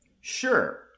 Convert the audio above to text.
Sure